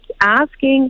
asking